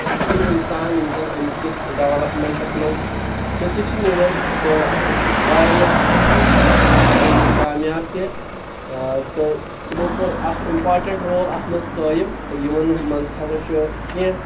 تِم انسان یِم زن اَمہِ کِس ڈؠولپمنٹس منٛز حِصہٕ چھِ نِوان تہٕ واریاہ حدس تام سپدے تِم کامیاب تہِ تہٕ تِمو کٔر اکھ امپارٹنٹ رول اتھ منٛز قٲیِم تہٕ یِمن منٛز ہسا چھُ کینٛہہ